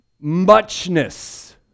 muchness